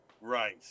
Right